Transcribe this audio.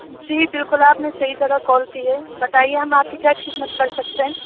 جی بالکل آپ نے صحیح جگہ کال کی ہے بتائیے ہم آپ کی کیا خدمت کر سکتے ہیں